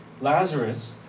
Lazarus